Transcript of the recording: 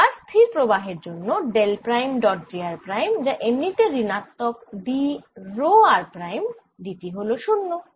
এবার স্থির প্রবাহের জন্য del prime dot j r prime যা এমনি তে ঋণাত্মক d rho r prime d t হল 0